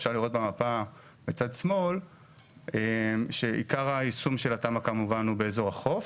אפשר לראות במפה מצד שמאל שעיקר היישום של התמ"א הוא כמובן באזור החוף.